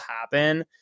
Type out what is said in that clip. happen